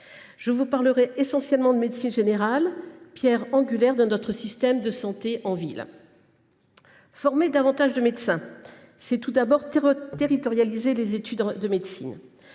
Je parlerai essentiellement de médecine générale, pierre angulaire de notre système de santé en ville. Former davantage de médecins, c’est territorialiser les études de médecine.